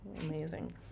Amazing